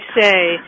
say